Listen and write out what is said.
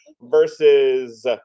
versus